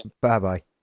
Bye-bye